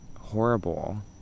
horrible